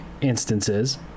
instances